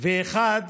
ואחד